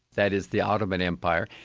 that is the ottoman empire,